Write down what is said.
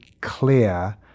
clear